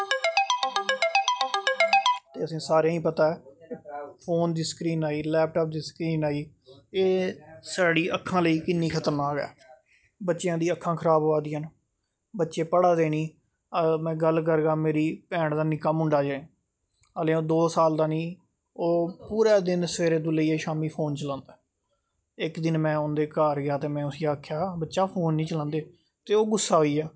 ते असें ई सारें ई पता ऐ फोन दी स्क्रीन आई लैपटॉप दी स्क्रीन आई एह् साढ़ी अक्खां लेई कि'न्नी खतरनाक ऐ बच्चेआं दियां अक्खां खराब होआ दियां न बच्चे पढ़ा दे निं अगर में गल्ल करगा मेरी भैन दा नि'क्का मुंडा ऐ हाले ओह् दो साल दा निं ओह् पूरा दिन सबैह्रे दा लेइयै शामीं तक्कर फोन चलांदा इक दिन में उंदे घर गया ते में उसी आखेआ बच्चा फोन निं चलांदे ते ओह् गुस्सा होइया